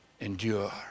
endure